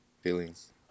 feelings